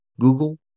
Google